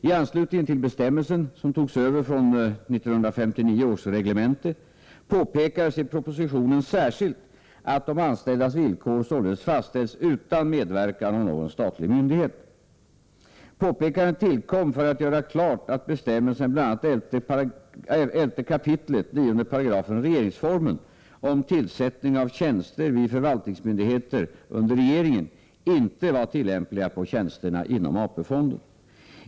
I anslutning till bestämmelsen, som togs över från 1959 års reglemente, påpekades i propositionen särskilt att de anställdas villkor således fastställs utan medverkan av någon statlig myndighet . Påpekandet tillkom för att göra klart att bestämmelserna i bl.a. 11 kap. 9 § regeringsformen om tillsättning av tjänster vid förvaltningsmyndigheter under regeringen inte var tillämpliga på tjänsterna inom AP-fonden.